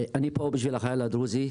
אני פה בשביל החייל הדרוזי,